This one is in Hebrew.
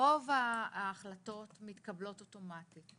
רוב ההחלטות מתקבלות אוטומטית.